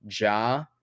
Ja